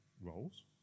roles